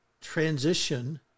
transition